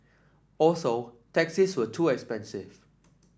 also taxis were too expensive